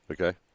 okay